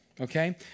Okay